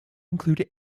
include